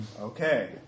Okay